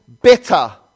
bitter